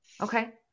okay